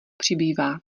přibývá